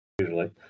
usually